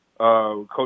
Coach